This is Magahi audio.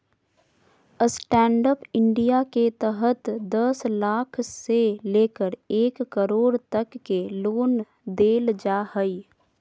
स्टैंडअप इंडिया के तहत दस लाख से लेकर एक करोड़ तक के लोन देल जा हइ